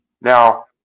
Now